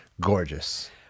Gorgeous